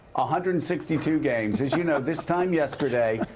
ah hundred and sixty two games as you know, this time yesterday,